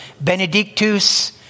Benedictus